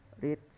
read